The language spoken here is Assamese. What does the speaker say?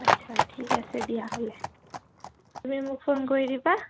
আচ্ছা ঠিক আছে দিয়াাহ'লে তুমি মোক ফোন কৰি দিবা